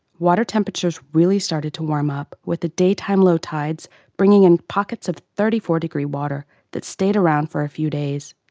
water temperatures really started to warm up, with the daytime low tides bringing in pockets of thirty four degree water that stayed around for a few days,